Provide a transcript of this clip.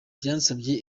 byasabye